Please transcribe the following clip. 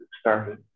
started